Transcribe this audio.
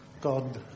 God